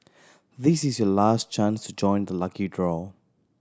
this is your last chance to join the lucky draw